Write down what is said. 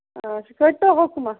اَچھا کٔرۍ تو حُکما